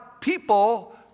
people